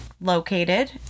located